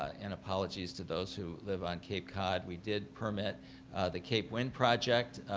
and apologies to those who live on cape cod, we did permit the cape wind project,